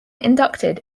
inducted